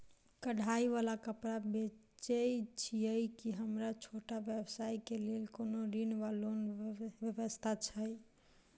कढ़ाई वला कापड़ बेचै छीयै की हमरा छोट व्यवसाय केँ लेल कोनो ऋण वा लोन व्यवस्था छै?